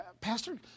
Pastor